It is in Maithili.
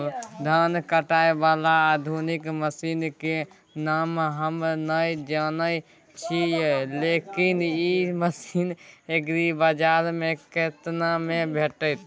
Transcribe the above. धान काटय बाला आधुनिक मसीन के नाम हम नय जानय छी, लेकिन इ मसीन एग्रीबाजार में केतना में भेटत?